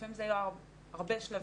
לפעמים זה היה הרבה שלבים,